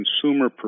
consumer